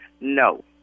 no